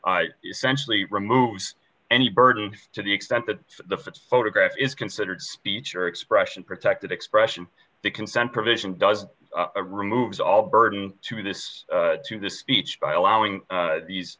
sensually removes any burden to the extent that the photograph is considered speech or expression protected expression the consent provision does removes all burden to this to the speech by allowing these